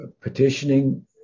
Petitioning